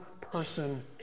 person